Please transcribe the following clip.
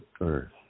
earth